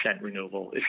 renewable